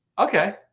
Okay